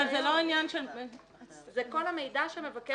אבל זה לא עניין --- זה כל המידע שמבקש הרישיון צריך להעביר.